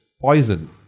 poison